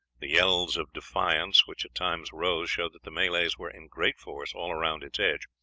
the yells of defiance which at times rose showed that the malays were in great force all round its edge.